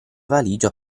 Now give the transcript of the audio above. valigia